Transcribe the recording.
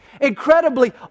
Incredibly